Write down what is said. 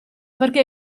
perché